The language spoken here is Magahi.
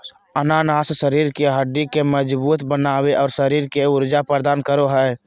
अनानास शरीर के हड्डि के मजबूत बनाबे, और शरीर के ऊर्जा प्रदान करो हइ